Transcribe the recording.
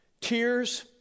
tears